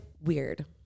weird